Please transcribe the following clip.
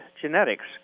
genetics